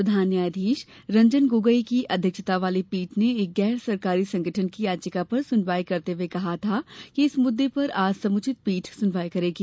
प्रधान न्यायाधीश रंजन गोगोई की अध्यक्षता वाली पीठ ने एक गैर सरकारी संगठन की याचिका पर सुनवाई करते हए कहा था कि इस मुद्दे पर आज समुचित पीठ सुनवाई करेगी